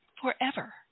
forever